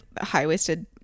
high-waisted